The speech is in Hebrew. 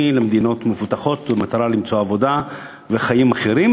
למדינות מפותחות במטרה למצוא עבודה וחיים אחרים,